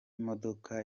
modoka